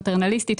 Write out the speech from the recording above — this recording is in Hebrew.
פטרנליסטית,